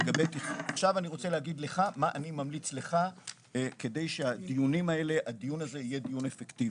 אני רוצה להגיד לך מה אני ממליץ לך כדי שהדיון הזה יהיה דיון אפקטיבי.